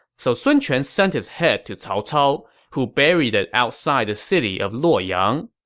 so sun quan sent his head to cao cao, who buried it outside the city of luoyang.